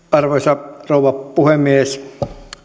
arvoisa rouva puhemies